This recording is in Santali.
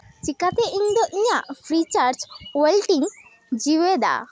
ᱪᱤᱠᱟᱛᱮ ᱤᱧᱫᱚ ᱤᱧᱟᱹᱜ ᱯᱷᱨᱤ ᱪᱟᱨᱡᱽ ᱳᱭᱮᱞᱴ ᱤᱧ ᱡᱤᱣᱭᱮᱫᱼᱟ